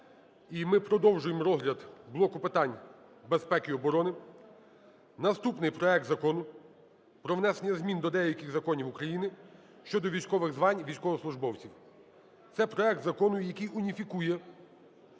І ми продовжуємо розгляд блоку питань безпеки і оборони. Наступний проект Закону про внесення змін до деяких законів України щодо військових звань військовослужбовців. Це проект закону, який уніфікує